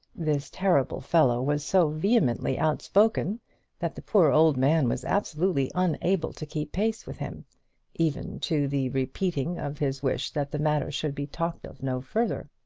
this terrible fellow was so vehemently outspoken that the poor old man was absolutely unable to keep pace with him even to the repeating of his wish that the matter should be talked of no further.